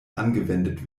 angewendet